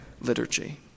liturgy